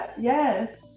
Yes